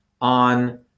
on